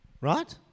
Right